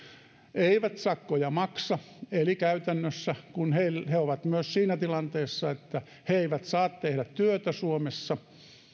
eivät sakkoja maksa eli kun he käytännössä ovat myös siinä tilanteessa että he eivät saa tehdä työtä suomessa